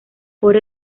por